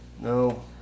No